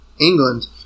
England